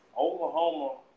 Oklahoma